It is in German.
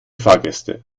fahrgäste